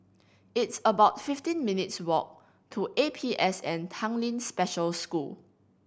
it's about fifteen minutes' walk to A P S N Tanglin Special School